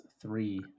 three